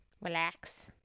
Relax